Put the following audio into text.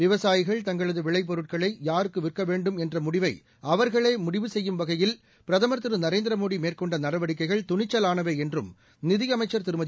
விவசாயிகள் தங்களதுவிளைப் பொருட்களையாருக்குவிற்கவேண்டும் என்றமுடிவைஅவர்களேமுடிவும் செய்யும் வகையில் பிரதமர் திரு நரேந்திரமோடிமேற்கொண்டநடவடிக்கைகள் துணிச்சலானவைஎன்றும் நிதியமைச்சர் திருமதி